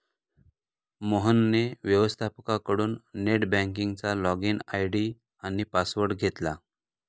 मोहनने व्यवस्थपकाकडून नेट बँकिंगचा लॉगइन आय.डी आणि पासवर्ड घेतला